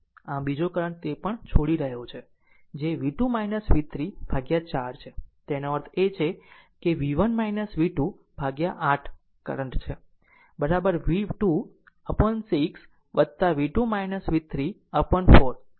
આમ બીજો કરંટ તે પણ છોડી રહ્યો છે જે v2 v3 ભાગ્યા 4 છે એનો અર્થ એ કે v1 v2 ભાગ્યા 8 કરંટ છે v2 upon 6 v2 v3 upon 4 જે પછીથી બતાવે છે